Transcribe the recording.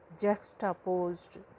juxtaposed